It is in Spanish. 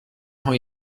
hoy